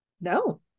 No